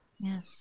Yes